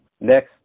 Next